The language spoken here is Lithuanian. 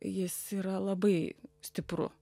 jis yra labai stipru